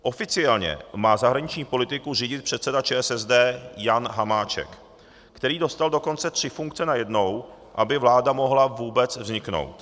Oficiálně má zahraniční politiku řídit předseda ČSSD Jan Hamáček, který dostal dokonce tři funkce najednou, aby vláda mohla vůbec vzniknout.